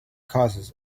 causes